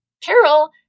Carol